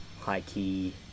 high-key